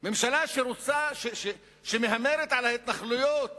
ממשלה שמהמרת על ההתנחלויות